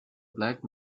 black